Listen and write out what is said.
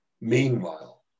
Meanwhile